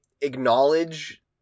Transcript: acknowledge